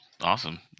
Awesome